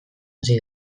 hasi